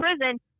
prison